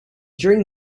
during